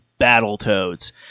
Battletoads